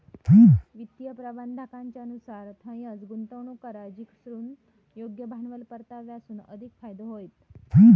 वित्तीय प्रबंधाकाच्या नुसार थंयंच गुंतवणूक करा जिकडसून योग्य भांडवल परताव्यासून अधिक फायदो होईत